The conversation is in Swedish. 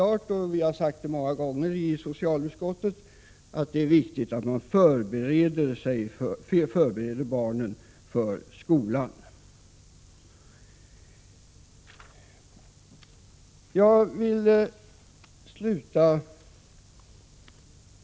Vi har många gånger i socialutskottet sagt att det är viktigt att i förskolan förbereda barnen för skolan.